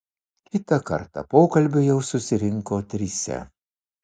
kitą kartą pokalbiui jau susirinko trise